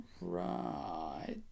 Right